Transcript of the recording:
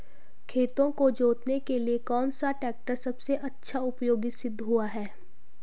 खेतों को जोतने के लिए कौन सा टैक्टर सबसे अच्छा उपयोगी सिद्ध हुआ है?